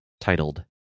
titled